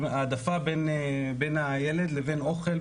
העדפה בין הילד לבין אוכל,